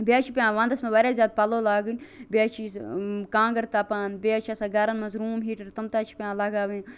بیٚیہِ حظ چھِ پیٚوان وَندَس مَنٛز واریاہ زیادٕ پَلو لاگنۍ بیٚیہِ حظ چھ یہِ کانٛگر تپان بیٚیہِ حظ چھِ آسان گَرَن مَنٛز روٗم ہیٖٹر کم تام تتہ چھ پیٚوان لَگاوٕنۍ